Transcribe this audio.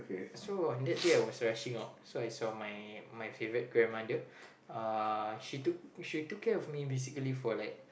so on that day I was rushing out so I saw my my favorite grandmother uh she took she took care of me basically for like